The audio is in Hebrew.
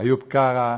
איוב קרא.